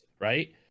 right